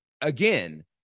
again